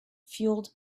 fueled